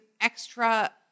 extra